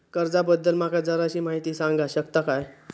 कर्जा बद्दल माका जराशी माहिती सांगा शकता काय?